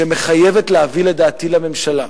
שמחייבת להביא, לדעתי, לממשלה,